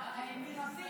אה, נכון.